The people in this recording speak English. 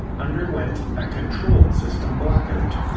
underwent a controlled system blackout.